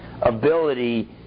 ability